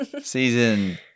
Season